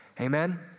Amen